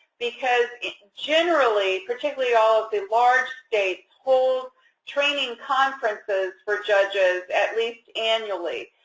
because generally, particularly all of the large states hold training conferences for judges at least annually.